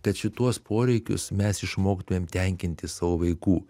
kad šituos poreikius mes išmoktumėm tenkinti savo vaikų